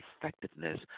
effectiveness